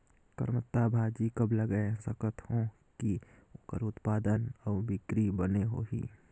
करमत्ता भाजी कब लगाय सकत हो कि ओकर उत्पादन अउ बिक्री बने होही?